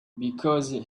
because